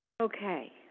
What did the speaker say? Okay